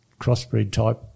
crossbreed-type